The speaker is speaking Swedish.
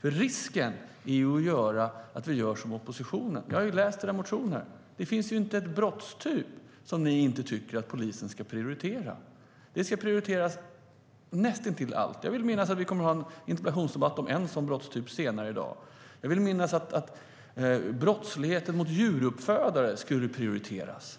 Risken är att vi gör som oppositionen. Jag har läst era motioner, och där finns inte en brottstyp som ni inte tycker att polisen ska prioritera. Näst intill allt ska prioriteras. Vi kommer att ha en interpellationsdebatt om en sådan brottstyp senare i dag. Jag vill minnas att ni vill att brottsligheten mot djuruppfödare ska prioriteras.